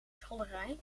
schilderij